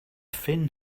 thin